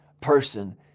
person